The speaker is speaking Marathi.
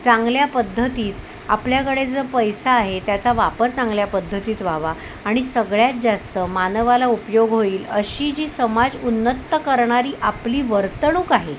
चांगल्या पद्धतीत आपल्याकडे जो पैसा आहे त्याचा वापर चांगल्या पद्धतीत व्हावा आणि सगळ्यात जास्त मानवाला उपयोग होईल अशी जी समाज उन्नत करणारी आपली वर्तणूक आहे